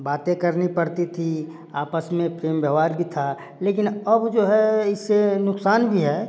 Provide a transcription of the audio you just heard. बातें करनी पड़ती थी आपस में प्रेम व्यवहार भी था लेकिन अब जो है इससे नुकसान भी है